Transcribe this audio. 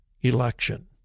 election